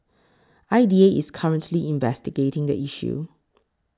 I D A is currently investigating the issue